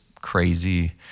crazy